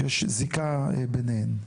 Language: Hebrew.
שיש זיקה ביניהן.